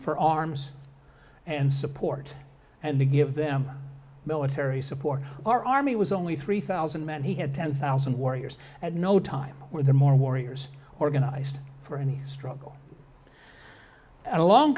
for arms and support and to give them military support our army was only three thousand man he had ten thousand warriors at no time were the more warriors organized for any struggle along